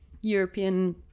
European